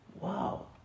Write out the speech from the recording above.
Wow